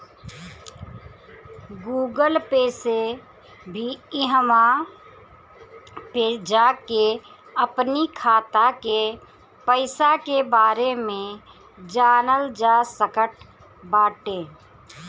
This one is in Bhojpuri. गूगल पे से भी इहवा पे जाके अपनी खाता के पईसा के बारे में जानल जा सकट बाटे